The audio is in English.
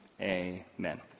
amen